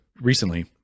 recently